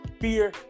fear